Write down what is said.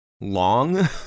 long